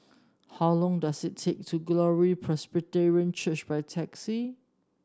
how long does it take to Glory Presbyterian Church by taxi